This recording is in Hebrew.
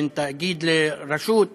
בין תאגיד לרשות,